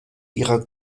ihrer